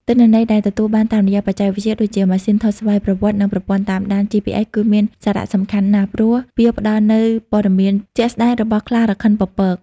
ទិន្នន័យដែលទទួលបានតាមរយៈបច្ចេកវិទ្យាដូចជាម៉ាស៊ីនថតស្វ័យប្រវត្តិ និងប្រព័ន្ធតាមដាន GPS គឺមាន សារៈសំខាន់ណាស់ ព្រោះវាផ្តល់នូវព័ត៌មានជាក់ស្តែងរបស់ខ្លារខិនពពក។